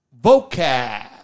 Vocab